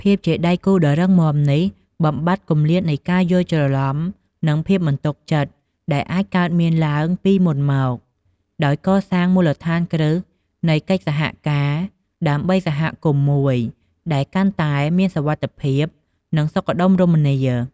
ភាពជាដៃគូដ៏រឹងមាំនេះ បំបាត់គម្លាតនៃការយល់ច្រឡំ និងភាពមិនទុកចិត្ត ដែលអាចកើតមានឡើងពីមុនមក ដោយកសាងនូវមូលដ្ឋានគ្រឹះនៃកិច្ចសហការដើម្បីសហគមន៍មួយដែលកាន់តែមានសុវត្ថិភាព និងសុខដុមរមនា។